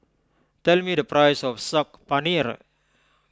tell me the price of Saag Paneer